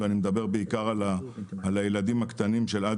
ואני מדבר בעיקר על הילדים הקטנים של עד